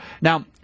Now